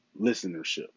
listenership